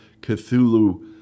Cthulhu